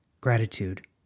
gratitude